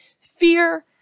fear